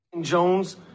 Jones